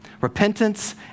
Repentance